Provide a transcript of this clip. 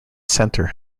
center